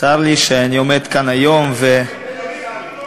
צר לי שאני עומד כאן היום, עיסאווי.